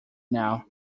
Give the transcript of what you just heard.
now